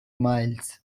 miles